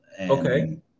Okay